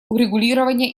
урегулирования